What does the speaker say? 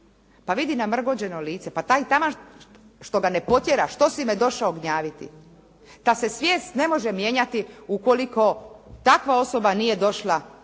pa vidi namrgođeno lice, pa taj taman što ga ne potjera što si me došao gnjaviti. Ta se svijest ne može mijenjati ukoliko takva osoba nije došla po